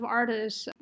artists